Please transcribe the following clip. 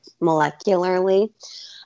molecularly